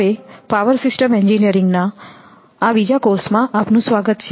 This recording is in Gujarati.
હવે પાવર સિસ્ટમ એન્જિનિયરિંગના આ બીજા કોર્સમાં આપનું સ્વાગત છે